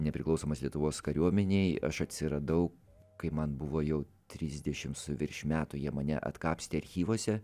nepriklausomos lietuvos kariuomenėj aš atsiradau kai man buvo jau trisdešimt su virš metų jie mane atkapstė archyvuose